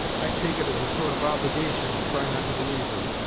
i'd take it as a sort of obligation, and try not to believe her.